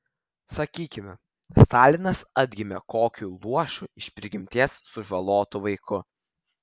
sakykime stalinas atgimė kokiu luošu iš prigimties sužalotu vaiku